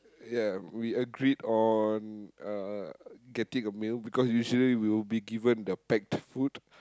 ya we agreed on uh getting a meal because usually we'll be given the packed food